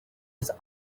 his